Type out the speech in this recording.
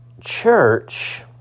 church